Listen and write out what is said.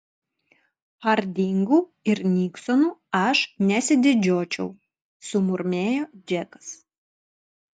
hardingu ir niksonu aš nesididžiuočiau sumurmėjo džekas